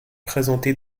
présenté